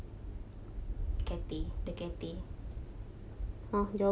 cathay the cathay